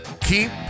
keep